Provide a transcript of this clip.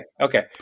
Okay